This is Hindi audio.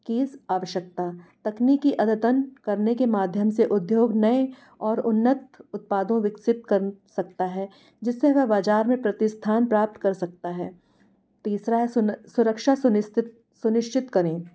की आवश्यकता तकनीकी अघतन करने के माध्यम से उद्योग नए और उन्नत उत्पादों विकसित कर सकता हैं जिससे वह बाज़ार में प्रतिस्थान प्राप्त कर सकता है तीसरा है सुरक्षा सुनिश्तित सुनिश्चित करें